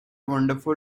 wonderful